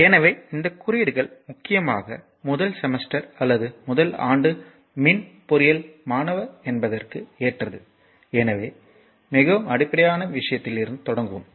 எனவே இந்த குறியீடுகள் முக்கியமாக முதல் செமஸ்டர் அல்லது முதல் ஆண்டு மின் பொறியியல் மாணவர் என்பதற்கு ஏற்றது எனவே நாங்கள் மிகவும் அடிப்படை விஷயத்திலிருந்து தொடங்குவோம்